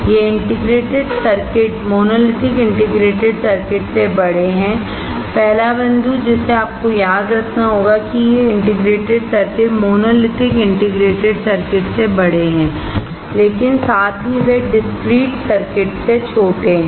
ये integrated circuit monolithic integrated circuit से बड़े हैं पहला बिंदु जिसे आपको याद रखना है कि ये integrated circuit monolithic integrated circuit से बड़े हैं लेकिन साथ ही वे डिस्क्रीट सर्किट से छोटे हैं